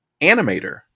animator